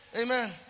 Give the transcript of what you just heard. amen